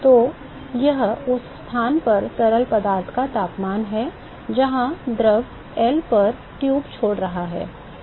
तो यह उस स्थान पर तरल पदार्थ का तापमान है जहां द्रव L पर ट्यूब छोड़ रहा है